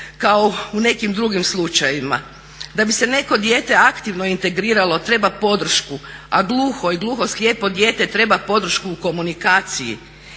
kao u nekim drugih slučajevima. Da bi se neko dijete aktivno integriralo treba podršku a gluho i gluhoslijepo dijete treba podršku u komunikaciji.